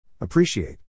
Appreciate